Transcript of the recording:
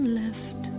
left